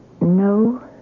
no